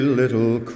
little